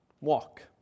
Walk